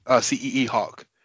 C-E-E-Hawk